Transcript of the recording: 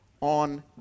on